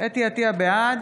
יצחק פינדרוס, בעד